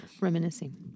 Reminiscing